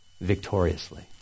victoriously